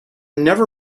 never